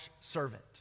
servant